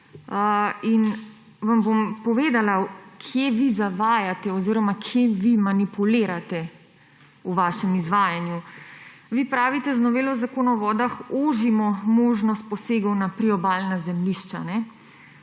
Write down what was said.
In vam bom povedala, kje vi zavajate oziroma kje vi manipulirate v vašem izvajanju. Vi pravite z novelo Zakona o vodah ožimo možnost posegov na priobalna zemljišča,